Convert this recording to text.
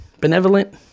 benevolent